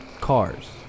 cars